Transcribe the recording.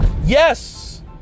Yes